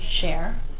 share